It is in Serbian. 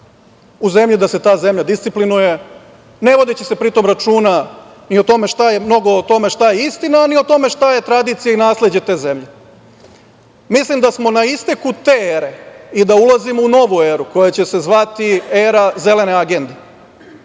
u zemlji gde se ta zemlja disciplinuje, ne vodeći se pritom mnogo računa ni o tome šta je istina, a ni o tome ni šta je tradicija i nasleđe te zemlje. Mislim da smo na isteku te ere i da ulazimo u novu eru koja će se zvati era Zelene agende.